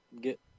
get